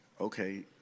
okay